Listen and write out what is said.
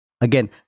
Again